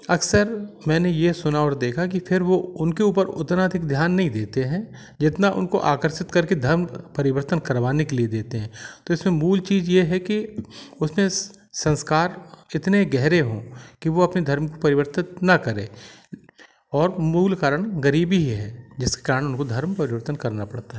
अक्सर मैंने ये सुन और देखा कि फिर वो उनके ऊपर उतना अधिक ध्यान नहीं देते हैं जितना उनको आकर्षित करके धर्म परिवर्तन करवाने के लिए देते हैं तो इसमें मूल चीज ये है कि उसमें संस्कार इतने गहरे हो कि वो अपने धर्म परिवर्तन ना करे और मूल कारण गरीबी ही है जिसके कारण उनको धर्म परिवर्तन करना पड़ता है